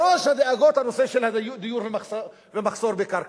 בראש הדאגות, הנושא של דיור ומחסור בקרקע.